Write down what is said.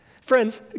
Friends